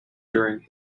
during